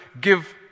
give